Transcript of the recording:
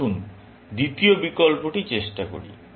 আসুন দ্বিতীয় বিকল্পটি চেষ্টা করি